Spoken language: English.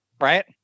right